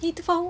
he too forw~